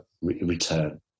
return